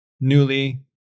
newly